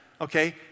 okay